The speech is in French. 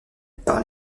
par